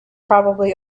probably